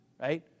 right